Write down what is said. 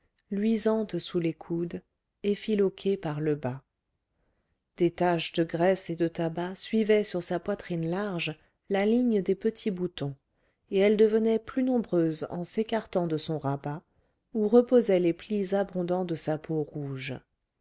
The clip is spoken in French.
luisante sous les coudes effiloquée par le bas des taches de graisse et de tabac suivaient sur sa poitrine large la ligne des petits boutons et elles devenaient plus nombreuses en s'écartant de son rabat où reposaient les plis abondants de sa peau rouge